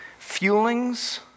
Fuelings